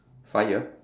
fire